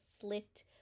slit